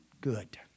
good